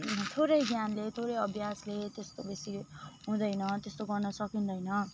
थोरै ज्ञानले थोरै अभ्यासले त्यस्तो बेसी हुँदैन त्यस्तो गर्न सकिँदैन